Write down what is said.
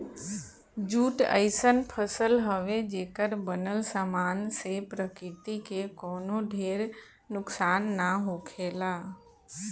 jute अइसन फसल हवे, जेकर बनल सामान से प्रकृति के कवनो ढेर नुकसान ना होखेला